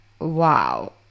wow